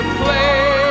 play